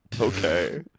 Okay